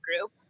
group